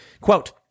Quote